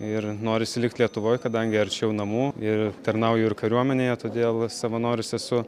ir norisi likt lietuvoj kadangi arčiau namų ir tarnauju ir kariuomenėje todėl savanoris esu